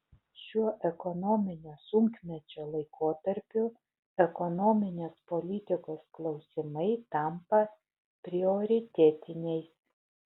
šiuo ekonominio sunkmečio laikotarpiu ekonominės politikos klausimai tampa prioritetiniais